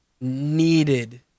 needed